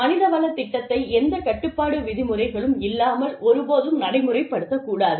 மனிதவளத் திட்டத்தை எந்த கட்டுப்பாட்டு விதிமுறைகளும் இல்லாமல் ஒருபோதும் நடைமுறைப்படுத்தக் கூடாது